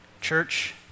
Church